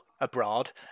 abroad